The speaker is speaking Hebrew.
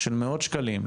של מאות שקלים,